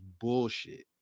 bullshit